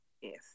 yes